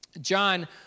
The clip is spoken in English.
John